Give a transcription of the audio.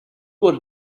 was